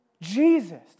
Jesus